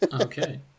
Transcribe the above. Okay